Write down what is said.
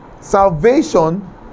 salvation